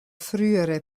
frühere